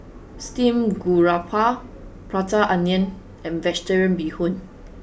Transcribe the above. steamed garoupa prata onion and vegetarian bee hoon